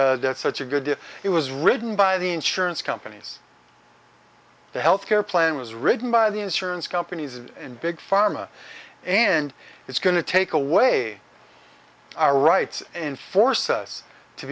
think that's such a good if it was written by the insurance companies the health care plan was written by the insurance companies and big pharma and it's going to take away our rights and force us to